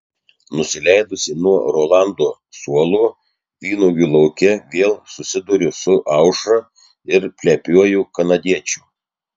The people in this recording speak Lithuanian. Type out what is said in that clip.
nusileidusi nuo rolando suolo vynuogių lauke vėl susiduriu su aušra ir plepiuoju kanadiečiu